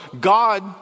God